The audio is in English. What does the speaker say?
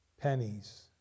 pennies